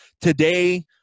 Today